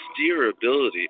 steerability